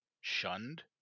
shunned